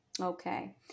Okay